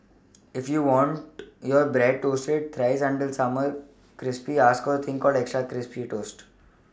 if you want your bread toasted thrice until super crispy ask a thing called extra crispy toast